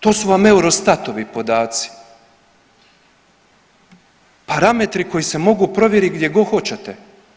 To su vam EUROSTAT-ovi podaci, parametri koji se mogu provjeriti gdje god hoćete.